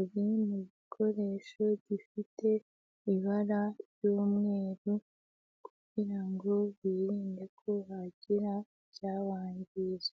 ibi ni ibikoresho bifite ibara ry'umweru kugira ngo birinde ko hagira icyawangiza.